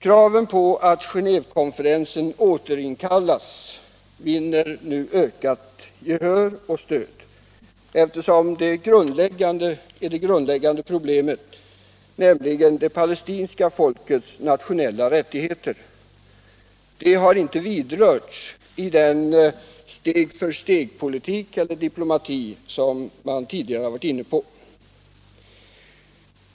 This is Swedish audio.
Kraven på att Genévekonferensen återinkallas vinner nu ökat gehör och stöd, eftersom det grundläggande problemet, nämligen det palestinska folkets nationella rättigheter, inte vidrörts vid den tidigare s.k. steg-för-steg-diplomatin.